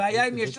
והיה ואם יש הסכמה,